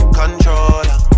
controller